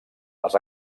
les